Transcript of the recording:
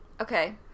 Okay